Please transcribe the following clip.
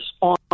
on